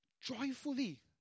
joyfully